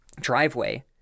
driveway